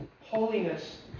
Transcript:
holiness